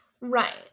Right